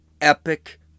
epic